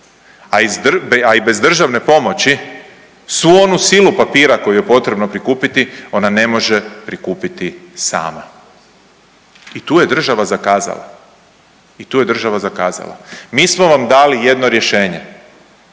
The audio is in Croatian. a i bez državne pomoći svu onu silu papira koju je potrebno prikupiti ona ne može prikupiti sama. I tu je država zakazala. I tu je država zakazala.